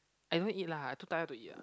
I don't eat lah too tired to eat ah